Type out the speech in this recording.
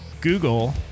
Google